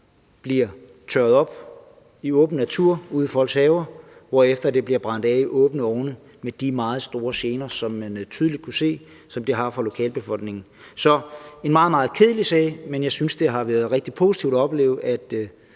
bliver tørret i åben natur ude i folks haver, hvorefter det bliver brændt af i åbne ovne – med de meget store gener, som man tydeligt kunne se at det har for lokalbefolkningen. Så det er en meget, meget kedelig sag, men jeg synes, det har været rigtig positivt at opleve, at